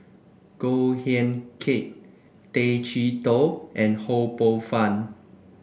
Goh Eck Kheng Tay Chee Toh and Ho Poh Fun